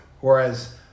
Whereas